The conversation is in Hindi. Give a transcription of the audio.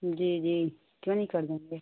जी जी क्यों नहीं कर सकते